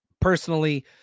Personally